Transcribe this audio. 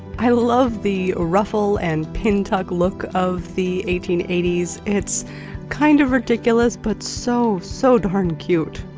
i love the ruffle and pin tug look of the eighteen eighty s. it's kind of ridiculous, but so, so darn cute.